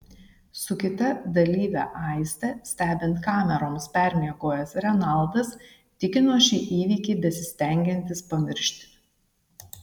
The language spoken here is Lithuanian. su kita dalyve aiste stebint kameroms permiegojęs renaldas tikino šį įvykį besistengiantis pamiršti